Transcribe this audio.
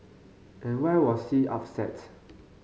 and why was C upset